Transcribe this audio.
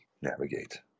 navigate